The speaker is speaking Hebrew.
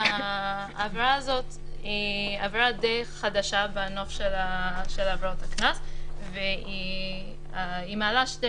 העבירה הזאת היא עבירה די חדשה בנוף של עבירות הקנס והיא מעלה שתי